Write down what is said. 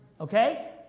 Okay